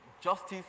justice